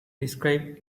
describes